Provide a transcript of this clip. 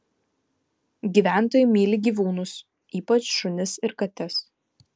gyventojai myli gyvūnus ypač šunis ir kates